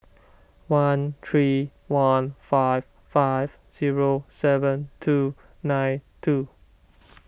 one three one five five zero seven two nine two